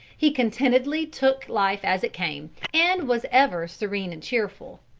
he contentedly took life as it came, and was ever serene and cheerful.